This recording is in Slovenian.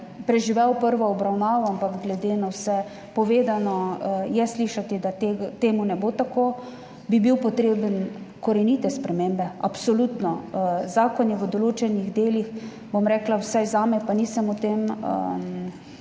preživel prvo obravnavo, ampak glede na vse povedano je slišati, da ne bo tako, bi bil potreben korenite spremembe, absolutno. Zakon je v določenih delih, vsaj zame, pa nisem tu, da